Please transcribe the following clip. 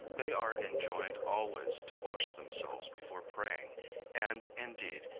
they are enjoined always to wash themselves before praying and, indeed,